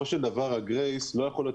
בסופו של דבר הגרייס לא יכול להיות